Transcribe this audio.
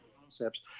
concepts